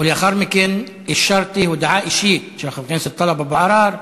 ולאחר מכן אישרתי הודעה אישית של חבר הכנסת טלב אבו עראר,